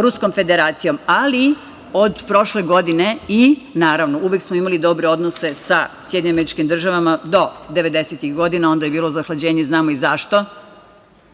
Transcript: Ruskom Federacijom, ali od prošle godine i naravno uvek smo imali dobre odnose sa SAD do devedesetih godina, a onda je bilo zahlađenje, znamo i zašto,